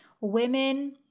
women